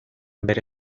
bere